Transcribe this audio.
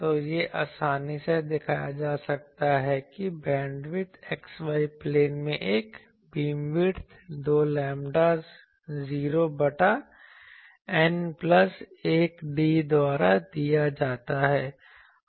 तो यह आसानी से दिखाया जा सकता है कि बैंडविड्थ x y प्लेन में एक बीमविड्थ 2 लैम्ब्डा 0 बटा N प्लस 1 d द्वारा दिया जाता है